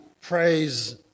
praise